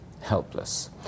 helpless